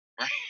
Right